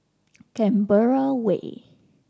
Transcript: Canberra Way